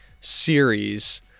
series